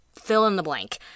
fill-in-the-blank